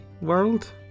world